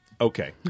Okay